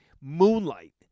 moonlight